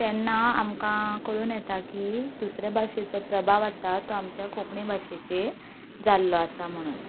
तेन्ना आमकां कळून येता की दुसऱ्या भाशेचो प्रभाव आसा तो आमच्या कोंकणी भाशेचेर जाल्लो आसा म्हणून